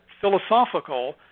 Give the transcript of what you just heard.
philosophical